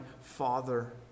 father